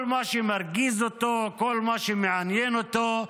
כל מה שמרגיז אותו, כל מה שמעניין אותו,